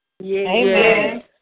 Amen